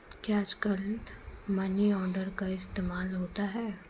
क्या आजकल money order का इस्तेमाल होता है?